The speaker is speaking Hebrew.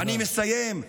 ואני מסיים: